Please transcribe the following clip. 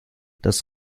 das